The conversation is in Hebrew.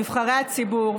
נבחרי הציבור,